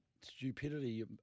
stupidity